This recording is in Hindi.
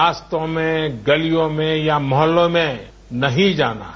रास्तों में गलियों में या मोहल्लों में नहीं जाना हैं